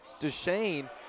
DeShane